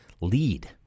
lead